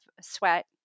sweat